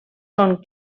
són